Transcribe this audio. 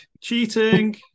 Cheating